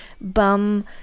Bum